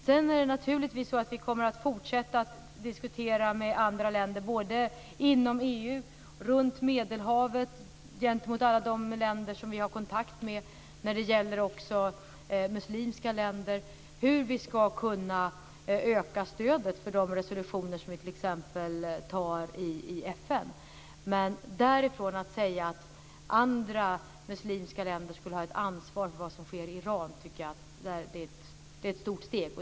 Vi kommer naturligtvis att fortsätta att diskutera med andra länder, både inom EU och runt Medelhavet, som vi har kontakt med, också muslimska länder, hur vi ska kunna öka stödet för de resolutioner som vi t.ex. antar i FN. Men därifrån till att säga att andra muslimska länder skulle ha ett ansvar för vad som sker i Iran är ett stort steg.